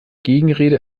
gegenrede